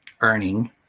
earning